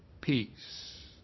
peace